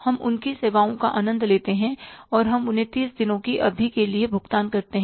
हम उनकी सेवाओं का आनंद लेते हैं और हम उन्हें 30 दिनों की अवधि के बाद भुगतान करते हैं